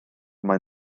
maen